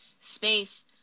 space